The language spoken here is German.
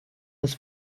das